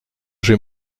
j’ai